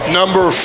number